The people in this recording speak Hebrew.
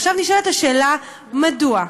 עכשיו נשאלת השאלה: מדוע?